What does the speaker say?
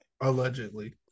allegedly